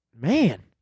man